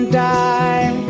die